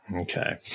Okay